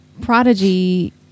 Prodigy